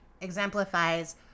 exemplifies